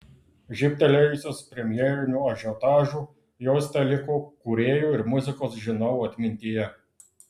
žybtelėjusios premjeriniu ažiotažu jos teliko kūrėjų ir muzikos žinovų atmintyje